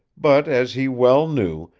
but, as he well knew,